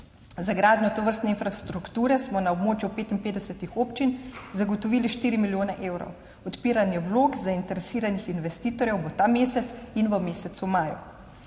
Za gradnjo tovrstne infrastrukture smo na območju 55 občin zagotovili 4 milijone evrov. Odpiranje vlog zainteresiranih investitorjev bo ta mesec in v mesecu maju.